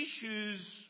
issues